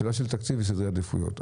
זו שאלה של תקציב וסדרי עדיפויות.